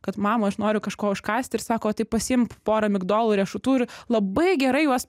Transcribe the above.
kad mama aš noriu kažko užkąsti ir sako tai pasiimk pora migdolų riešutų ir labai gerai juos